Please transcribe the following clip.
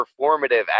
performative